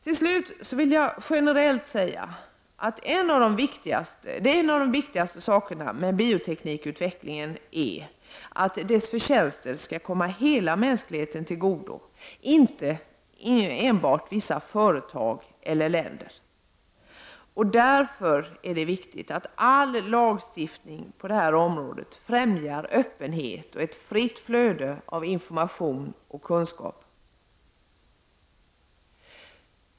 Generellt vill jag säga att till det viktigaste med bioteknikutvecklingen hör att dess förtjänster skall komma hela mänskligheten till godo — inte enbart vissa företag eller länder. Därför är det viktigt att all lagstiftning på detta område främjar öppenhet och ett fritt flöde av information och kunskap.